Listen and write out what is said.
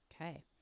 Okay